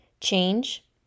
change